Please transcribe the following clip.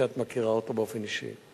שאת מכירה אותו באופן אישי.